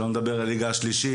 שלא לדבר על הליגה השלישית,